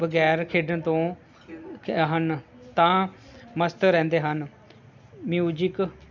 ਵਗੈਰ ਖੇਡਣ ਤੋਂ ਹਨ ਤਾਂ ਮਸਤ ਰਹਿੰਦੇ ਹਨ ਮਿਊਜ਼ਿਕ